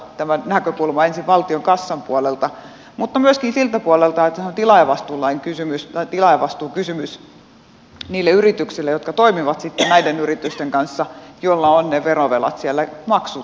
tämä näkökulma ensin valtion kassan puolelta mutta myöskin siltä puolelta että se on tilaajavastuukysymys niille yrityksille jotka toimivat sitten näiden yritysten kanssa joilla on ne verovelat siellä maksamatta